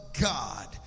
God